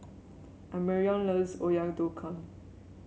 Amarion loves Oyakodon